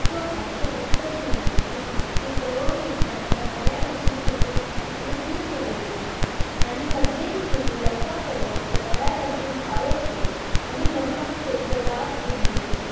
so म्हाजी एकत विनंती आहा की गवमेंटान ह्या बऱ्या भाशेन चलोवचां स्मूथली चलोवचां आनी सगळे स्किमी लोकां पर्यंत बऱ्या भाशेन पावोवच्यो आनी लोकांक तेंचो लाभ घेवंक मेळचो